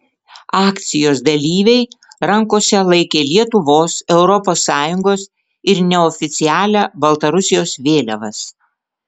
akcijos dalyviai rankose laikė lietuvos europos sąjungos ir neoficialią baltarusijos vėliavas